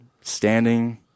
standing